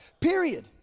period